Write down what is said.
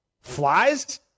Flies